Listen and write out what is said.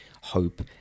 hope